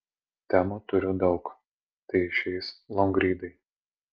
temų turiu daug tai išeis longrydai